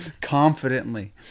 confidently